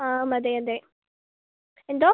അ അ എന്തോ